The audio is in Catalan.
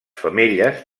femelles